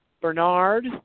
Bernard